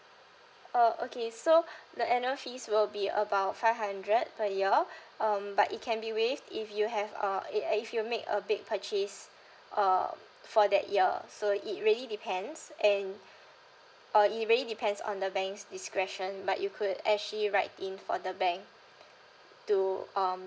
uh okay so the annual fees will be about five hundred per year um but it can be waived if you have a i~ i~ if you make a big purchase uh for that year so it really depends and uh it really depends on the bank's discretion but you could actually write in for the bank to um